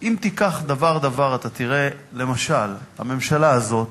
אם תיקח דבר-דבר, אתה תראה, למשל הממשלה הזאת,